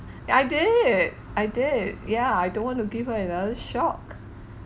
yeah I did I did yeah I don't want to give her another shock